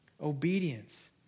Obedience